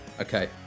Okay